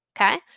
Okay